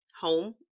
home